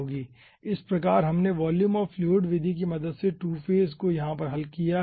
इस प्रकार हमने वॉल्यूम ऑफ़ फ्लूइड विधि की मदद से टू फेज को यहाँ पर हल किया है